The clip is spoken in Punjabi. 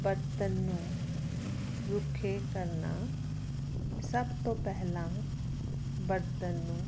ਬਰਤਨ ਨੂੰ ਰੁੱਖੇ ਕਰਨਾ ਸਭ ਤੋਂ ਪਹਿਲਾਂ ਬਰਤਨ ਨੂੰ